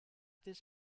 this